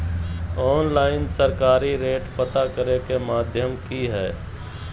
Online सरकारी rate पता करे के माध्यम की हय?